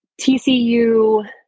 TCU